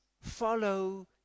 follow